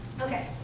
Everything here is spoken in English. Okay